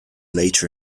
later